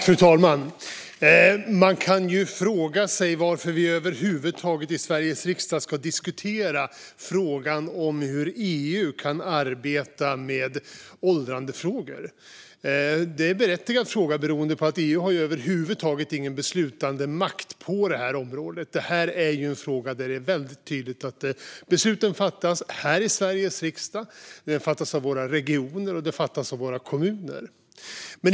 Fru talman! Man kan ju fråga sig varför vi i Sveriges riksdag ska diskutera frågan om hur EU kan arbeta med åldrandefrågor. Det är en berättigad fråga beroende på att EU inte över huvud taget har någon beslutandemakt på området. Det här är ett område där det är väldigt tydligt att besluten fattas här i Sveriges riksdag, av våra regioner och av våra kommuner.